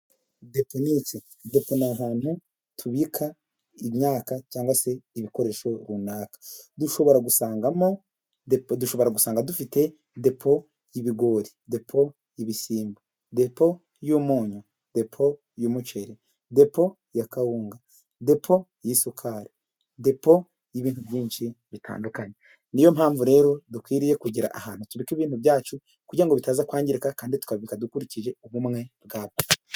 Depo ni ahantu tubika imyaka cyangwa se ibikoresho runaka dushobora gusangamo dufite: depo y'ibigori, depo y'ibishyimbo, depo y'umunyu, depo y'umuceri depoy'akawunga, depo y'isukari n'ibindi byinshi bitandukanye. Niyo mpamvu rero dukwiriye kugira ahantu tubika ibintu byacu kugira ngo bitazakwangirika kandi tukabika dukurikije ubumwe bwacu.